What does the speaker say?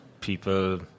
people